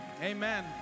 Amen